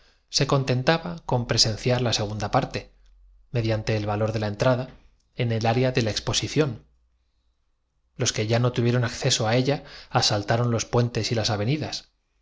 se contentaba con presenciar la segunda parte en el concurso hípico destrozando palabras inglesas y mediante el valor de la entrada en el area de la expo luciendo trajes y trenes capaz cada uno de satisfacer sición los que ya no tuvieron acceso á ella asaltaron el precio del handicap y de saldar todos juntos la deuda los puentes y las avenidas